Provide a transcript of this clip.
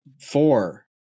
four